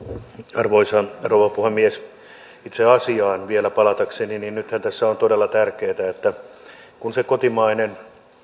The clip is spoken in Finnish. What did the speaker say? arvoisa rouva puhemies itse asiaan vielä palatakseni nythän tässä on todella tärkeätä että kun se kotimainen